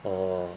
[ho]